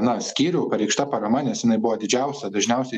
na skyrių pareikšta parama nes jinai buvo didžiausia dažniausiai